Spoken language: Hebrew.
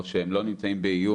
או שהם לא נמצאים באיום,